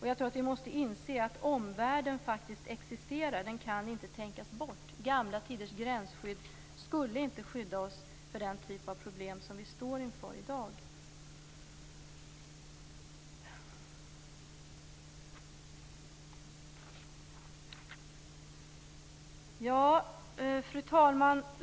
Jag tror att vi måste inse att omvärlden faktiskt existerar; den kan inte tänkas bort. Gamla tiders gränsskydd skulle inte skydda oss för den typen av problem som vi står inför i dag. Fru talman!